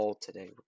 today